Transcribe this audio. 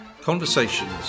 conversations